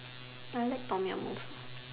I like Tom-Yum